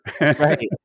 Right